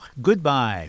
Goodbye